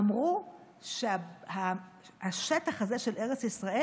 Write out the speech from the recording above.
אמרו שהשטח הזה של ארץ ישראל,